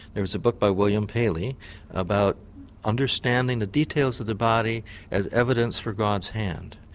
there was a book by william paley about understanding the details of the body as evidence for god's hand.